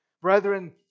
Brethren